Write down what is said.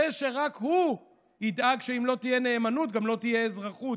זה שרק הוא ידאג שאם לא תהיה נאמנות גם לא תהיה אזרחות,